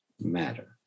matter